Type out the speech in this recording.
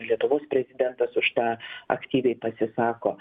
lietuvos prezidentas už tą aktyviai pasisako